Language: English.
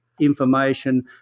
information